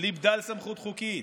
בלי בדל סמכות חוקית,